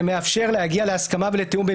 זה מאפשר להגיע להסכמה ולתיאום בין